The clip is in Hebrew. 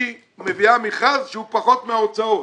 היא מביאה מכרז שהוא פחות מההוצאות